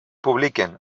publiquen